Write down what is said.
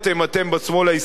אתם בשמאל הישראלי,